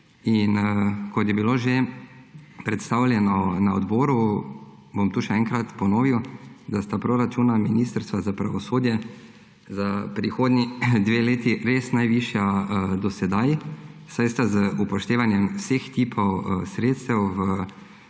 Kot je bilo že predstavljeno na odboru, bom tukaj še enkrat ponovil, sta proračuna Ministrstva za pravosodje za prihodnji dve leti res najvišja do sedaj, saj z upoštevanjem vseh tipov sredstev v